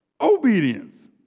Obedience